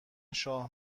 شاه